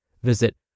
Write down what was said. Visit